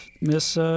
miss